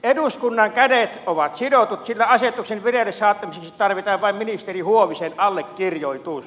eduskunnan kädet ovat sidotut sillä asetuksen vireille saattamiseksi tarvitaan vain ministeri huovisen allekirjoitus